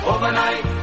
Overnight